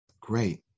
Great